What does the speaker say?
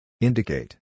Indicate